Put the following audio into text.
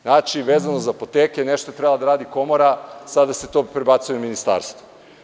Znači, vezano za apoteke nešto treba da radi komora, sada se to prebacuje na ministarstvo.